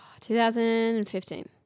2015